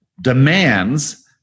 demands